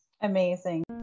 Amazing